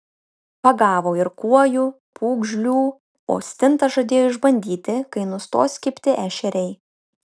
pagavo ir kuojų pūgžlių o stintas žadėjo išbandyti kai nustos kibti ešeriai